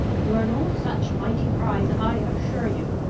you are no such mighty prize, i assure you.